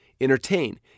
Entertain